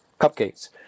Cupcakes